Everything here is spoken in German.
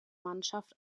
mannschaft